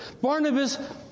Barnabas